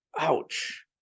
ouch